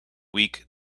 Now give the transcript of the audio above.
weak